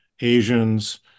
Asians